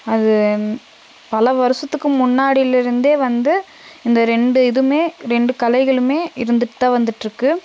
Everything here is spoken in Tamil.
அது பல வருஷத்துக்கு முன்னாடியில இருந்தே வந்து இந்த ரெண்டு இதுவுமே ரெண்டு கலைகளுமே இருந்துகிட்டு தான் வந்துகிட்ருக்கு